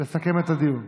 ישירות למרכז הגוף שלו,